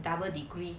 double degree